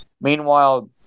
Meanwhile